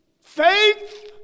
faith